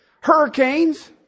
hurricanes